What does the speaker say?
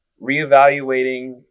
reevaluating